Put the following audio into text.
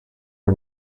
are